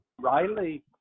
Riley